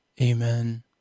Amen